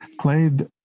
played